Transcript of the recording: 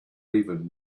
even